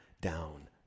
down